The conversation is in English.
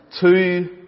two